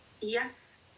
yes